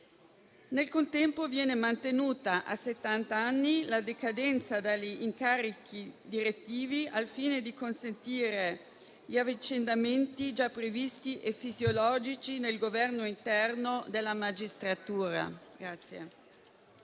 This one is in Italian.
Nel contempo viene mantenuta a settant'anni la decadenza dagli incarichi direttivi, al fine di consentire gli avvicendamenti già previsti e fisiologici nel governo interno della magistratura.